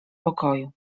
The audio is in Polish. pokoju